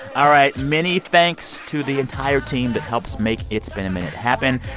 all right many thanks to the entire team that helps make it's been a minute happen.